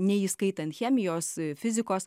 neįskaitant chemijos fizikos